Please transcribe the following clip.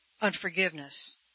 unforgiveness